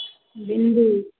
भिण्डी